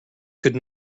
could